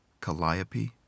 Calliope